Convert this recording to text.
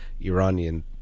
iranian